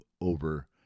over